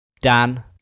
Dan